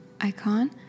icon